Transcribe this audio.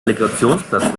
relegationsplatz